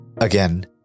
Again